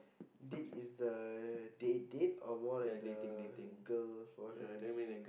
date is the date date or more like the girl go on date